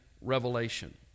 Revelation